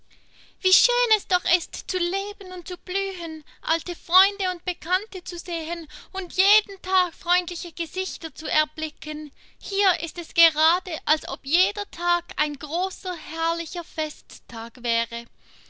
wie schön es doch ist zu leben und zu blühen alte freunde und bekannte zu sehen und jeden tag freundliche gesichter zu erblicken hier ist es gerade als ob jeder tag ein großer herrlicher festtag wäre